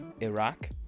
Iraq